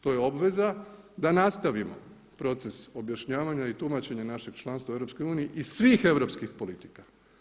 To je obveza da nastavimo proces objašnjavanja i tumačenja našeg članstva u EU i svih europskih politika.